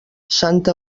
santa